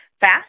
fast